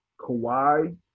Kawhi